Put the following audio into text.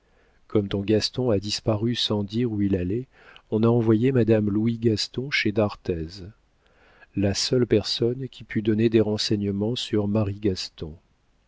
comme ton gaston a disparu sans dire où il allait on a envoyé madame louis gaston chez d'arthez la seule personne qui pût donner des renseignements sur